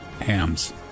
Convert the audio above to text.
Hams